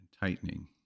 tightening